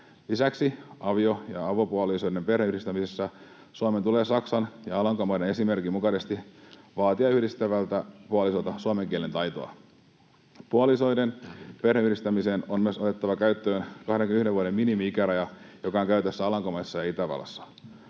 Lisäksi avio- ja avopuolisoiden perheenyhdistämisessä Suomen tulee Saksan ja Alankomaiden esimerkin mukaisesti vaatia yhdistävältä puolisolta suomen kielen taitoa. Puolisoiden perheenyhdistämiseen on myös otettava käyttöön 21 vuoden minimi-ikäraja, joka on käytössä Alankomaissa ja Itävallassa.